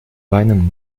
weinen